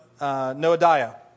Noadiah